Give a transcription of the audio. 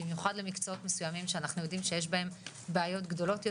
במיוחד למקצועות מסוימים שאנחנו יודעים שיש בהם בעיות גדולות יותר,